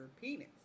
penis